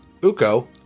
Uko